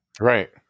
Right